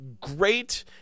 great